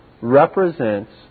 represents